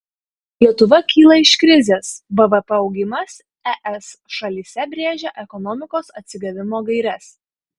lietuva kyla iš krizės bvp augimas es šalyse brėžia ekonomikos atsigavimo gaires